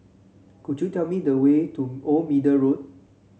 could you tell me the way to Old Middle Road